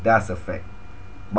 does affect